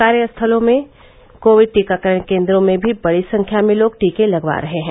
कार्यस्थलों में कोविड टीकाकरण केन्द्रों में भी बड़ी संख्या में लोग टीके लगवा रहे हैं